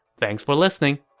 thanks for listening!